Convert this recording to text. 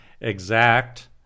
exact